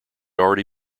also